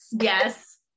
yes